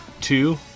Two